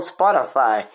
Spotify